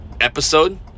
episode